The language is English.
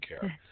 care